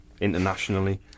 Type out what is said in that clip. internationally